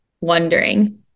wondering